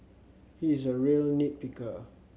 he is a real nit picker